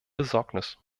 besorgnis